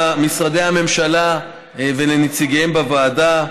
למשרדי הממשלה ולנציגיהם בוועדה,